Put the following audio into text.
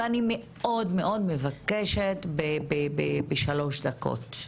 אני מאוד מבקשת בשלוש דקות.